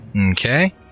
Okay